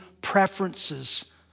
preferences